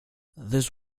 this